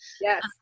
Yes